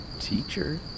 teacher